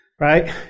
right